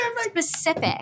specific